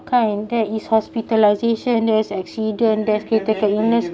kind there is hospitalisation there's accident there's critical illness